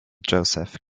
joseph